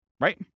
Right